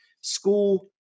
school